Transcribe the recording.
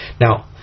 Now